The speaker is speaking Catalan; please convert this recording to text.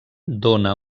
dona